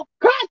cut